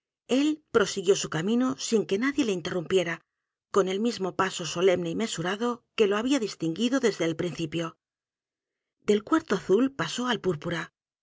él prosiguió su camino sin que nadie le interrumpiera con el mismo p a s o solemne y mesurado que lo había distinguido desde el principio del cuarto azul pasó al